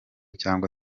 cyangwa